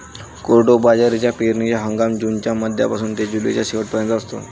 कोडो बाजरीचा पेरणीचा हंगाम जूनच्या मध्यापासून ते जुलैच्या शेवट पर्यंत असतो